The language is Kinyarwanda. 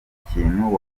kintu